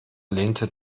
lehnte